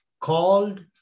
called